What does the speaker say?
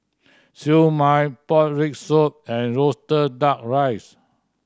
Siew Mai pork rib soup and roasted Duck Rice